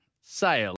sale